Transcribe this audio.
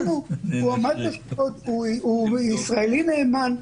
השופט ג'ובראן הוא ישראלי נאמן,